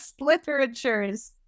literatures